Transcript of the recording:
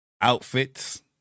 outfits